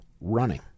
running